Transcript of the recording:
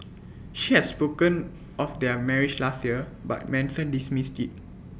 she has spoken of their marriage last year but Manson dismissed IT